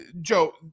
Joe